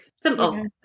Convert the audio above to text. simple